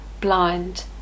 blind